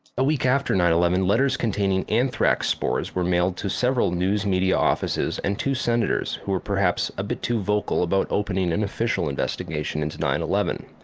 a week after nine eleven letters containing anthrax spores were mailed to several news media offices and two senators who were perhaps a bit too vocal about opening an official investigation into nine eleven.